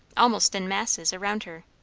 almost in masses, around her.